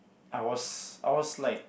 I was I was like